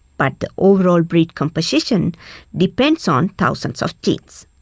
but the overall breed composition depends on thousands of genes.